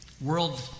world